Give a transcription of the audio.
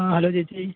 ആ ഹലോ ചേച്ചി